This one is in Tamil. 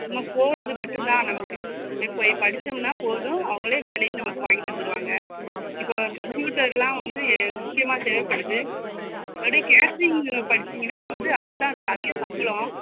நம்ம போவது மட்டும்தான் நமக்கு சரி போய் படித்தமுன்னா போதும் அவங்களே வேலையும் நமக்கு வாங்கித் தந்துடுவாங்க இப்போ கம்ப்யூட்டரெலாம் வந்து முக்கியமாக தேவைப்படுது இப்போதிக்கு கேட்ரிங் படிச்சிடிங்கன்னா வந்து அதுதான் அதிக சம்பளம்